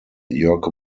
jörg